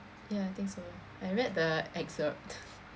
ya I think so I read the excerpt